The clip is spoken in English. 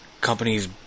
companies